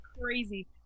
crazy